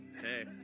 Hey